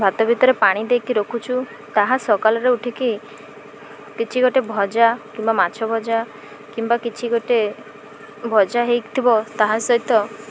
ଭାତ ଭିତରେ ପାଣି ଦେଇକି ରଖୁଛୁ ତାହା ସକାଳରେ ଉଠିକି କିଛି ଗୋଟେ ଭଜା କିମ୍ବା ମାଛ ଭଜା କିମ୍ବା କିଛି ଗୋଟେ ଭଜା ହୋଇଥିବ ତାହା ସହିତ